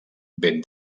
ben